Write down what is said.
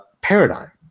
paradigm